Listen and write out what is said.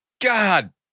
God